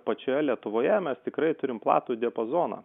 pačioje lietuvoje mes tikrai turim platų diapazoną